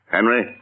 Henry